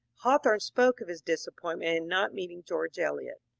hawthorne spoke of his disappointment in not meeting george eliot.